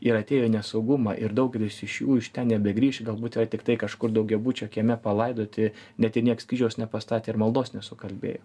ir atėjo į nesaugumą ir daugelis iš jų iš ten nebegrįš galbūt yra tiktai kažkur daugiabučio kieme palaidoti net jei nieks kryžiaus nepastatė ir maldos nesukalbėjo